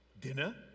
Dinner